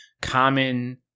common